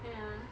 ya